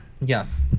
Yes